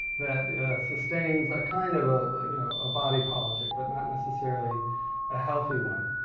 that sustains a kind of of you know a body politic but not necessarily a healthy one.